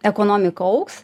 ekonomika augs